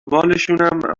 بالشونم